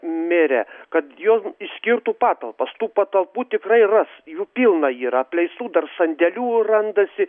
merę kad jum išskirtų patalpas tų patalpų tikrai ras jų pilna yra apleistų dar sandėlių randasi